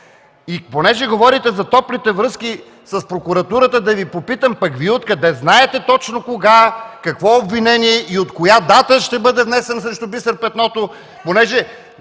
Понеже говорите за топлите връзки с прокуратурата, да Ви попитам: Вие откъде знаете точно кога, какво обвинение и от коя дата ще бъде внесено срещу Бисер Петното? (Шум